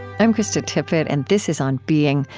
i'm krista tippett and this is on being.